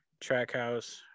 Trackhouse